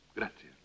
grazie